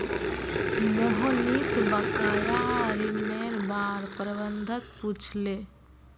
मोहनीश बकाया ऋनेर बार प्रबंधक पूछले